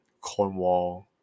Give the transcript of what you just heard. cornwall